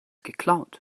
geklaut